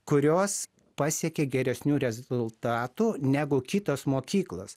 kurios pasiekė geresnių rezultatų negu kitos mokyklos